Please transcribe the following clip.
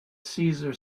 cesar